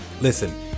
listen